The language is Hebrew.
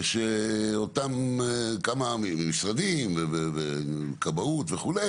כאן שאותם כמה משרדים, הכבאות וכו',